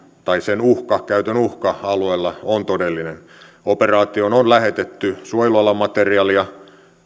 tai käytön uhka alueella on todellinen operaatioon on lähetetty suojelualan materiaalia